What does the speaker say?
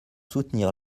soutenir